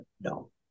no